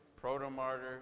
proto-martyr